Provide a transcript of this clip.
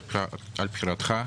על בחירתך.